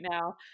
now